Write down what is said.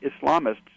Islamists